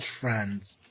Friends